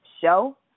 show